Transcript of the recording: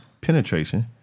penetration